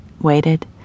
waited